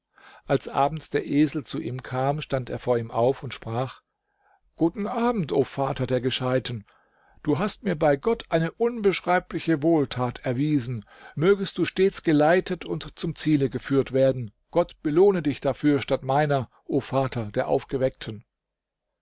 als abends der esel zu ihm kam stand er vor ihm auf und sprach guten abend o vater der gescheiten du hast mir bei gott eine unbeschreibliche wohltat erwiesen mögest du stets geleitet und zum ziele geführt werden gott belohne dich dafür statt meiner o vater der aufgeweckten